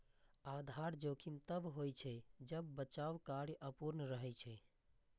आधार जोखिम तब होइ छै, जब बचाव कार्य अपूर्ण रहै छै